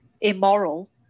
immoral